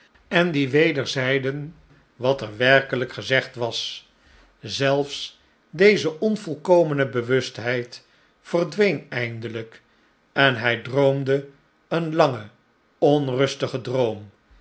en die weder zeiden wat er werkelijk gezegd was zelfs deze onvolkomene bewustheid verdween eindelijk en hij droomde een langen onrustigen droom